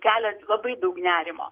kelia labai daug nerimo